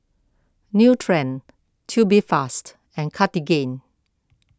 Nutren Tubifast and Cartigain